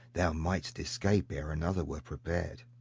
thou might'st escape ere another were prepared.